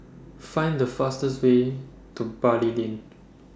Find The fastest Way to Bali Lane